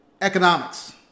economics